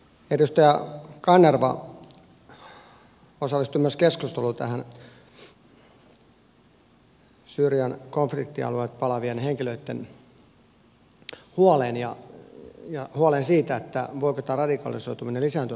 edustaja kanerva osallistui myös tähän keskusteluun huolesta syyrian konfliktialueelta palaavista henkilöistä ja siitä voiko tämä radikalisoituminen lisääntyä suomessa